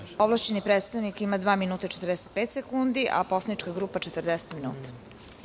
Ovlašćeni predstavnik ima dva minuta i 45 sekundi, a poslanička grupa 40 minuta.